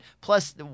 Plus